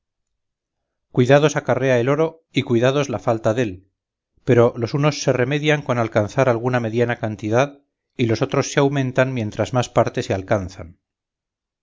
tiene cuidados acarrea el oro y cuidados la falta dél pero los unos se remedian con alcanzar alguna mediana cantidad y los otros se aumentan mientras más parte se alcanzan